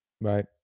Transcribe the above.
Right